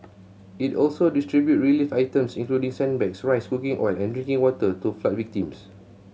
it also distributed relief items including sandbags rice cooking oil and drinking water to flood victims